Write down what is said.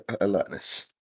alertness